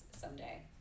someday